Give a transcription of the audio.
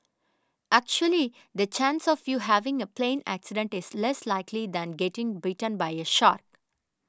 actually the chance of you having a plane accident is less likely than getting bitten by a shark